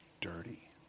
dirty